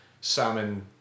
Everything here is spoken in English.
Salmon